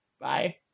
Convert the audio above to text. Bye